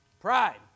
pride